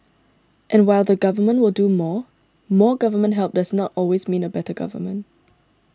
and while the Government will do more more government help does not always mean a better government